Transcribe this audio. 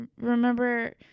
remember